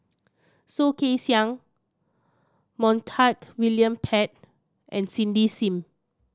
Soh Kay Siang Montague William Pett and Cindy Sim